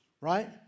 right